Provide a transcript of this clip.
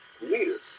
leaders